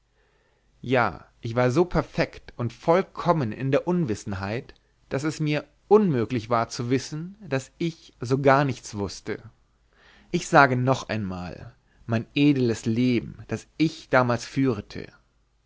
ja ich war so perfekt und vollkommen in der unwissenheit daß mir unmüglich war zu wissen daß ich so gar nichts wußte ich sage noch einmal o edeles leben das ich damals führete